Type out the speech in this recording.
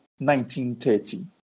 1930